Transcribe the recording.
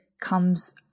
comes